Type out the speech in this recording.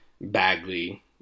Bagley